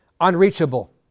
Unreachable